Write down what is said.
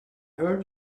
heard